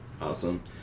Awesome